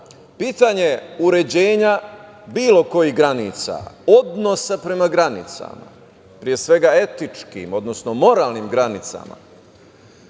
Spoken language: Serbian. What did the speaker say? pitanje uređenja bilo kojih granica, odnosa prema granicama pre svega etičkim, odnosno moralnim granicama,